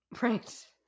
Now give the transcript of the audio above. Right